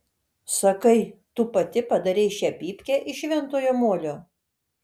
sakai tu pati padarei šią pypkę iš šventojo molio